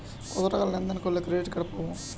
কতটাকা লেনদেন করলে ক্রেডিট কার্ড পাব?